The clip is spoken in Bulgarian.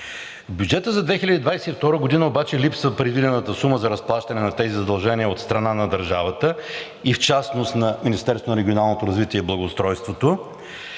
бюджета за 2022 г. обаче липсва предвидената сума за разплащане на тези задължения от страна на държавата и в частност на Министерството